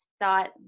dot